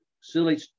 silly